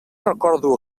recordo